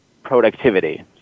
productivity